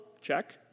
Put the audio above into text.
Check